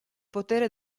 potere